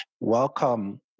Welcome